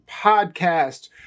podcast